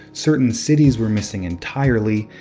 certain cities were missing entirely,